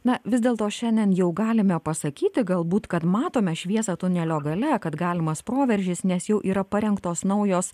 na vis dėlto šiandien jau galime pasakyti galbūt kad matome šviesą tunelio gale kad galimas proveržis nes jau yra parengtos naujos